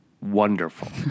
wonderful